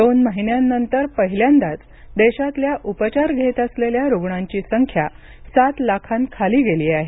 दोन महिन्यांनंतर पहिल्यांदाच देशातल्या उपचार घेत असलेल्या रुग्णांची संख्या सात लाखांखाली गेली आहे